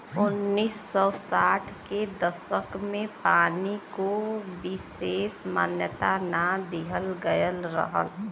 उन्नीस सौ साठ के दसक में पानी को विसेस मान्यता ना दिहल गयल रहल